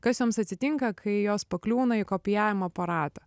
kas joms atsitinka kai jos pakliūna į kopijavimo aparatą